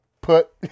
put